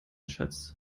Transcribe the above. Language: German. schatz